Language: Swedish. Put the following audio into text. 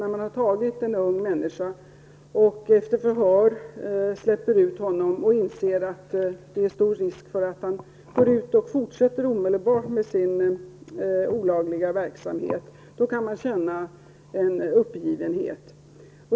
När man gripit en ung människa och efter förhör släpper ut honom inser man att det är stor risk att han går ut och omedelbart fortsätter med sin olagliga verksamhet. Då kan man känna en uppgivenhet.